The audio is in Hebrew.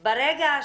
ההיפך.